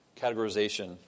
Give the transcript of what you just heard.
categorization